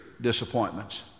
disappointments